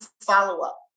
follow-up